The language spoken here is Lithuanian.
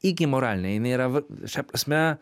iki moralinė jinai yra va šia prasme